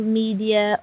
media